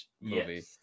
movie